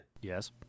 Yes